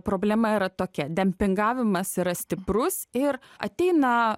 problema yra tokia dempingavimas yra stiprus ir ateina